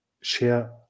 share